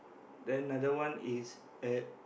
then another one is at